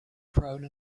prone